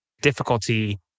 difficulty